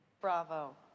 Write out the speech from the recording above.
Bravo